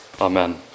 Amen